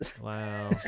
Wow